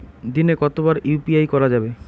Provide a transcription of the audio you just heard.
দিনে কতবার ইউ.পি.আই করা যাবে?